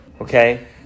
okay